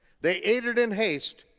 they ate it in haste,